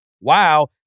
wow